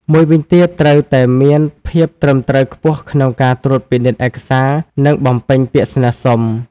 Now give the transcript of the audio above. មួយវិញទៀត ត្រូវតែមានភាពត្រឹមត្រូវខ្ពស់ក្នុងការត្រួតពិនិត្យឯកសារ និងបំពេញពាក្យស្នើសុំ។